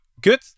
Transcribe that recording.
good